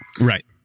Right